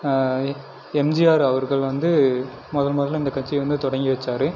எம்ஜிஆர் அவர்கள் வந்து முதல் முதல்ல இந்தக் கட்சியை வந்து தொடங்கி வச்சார்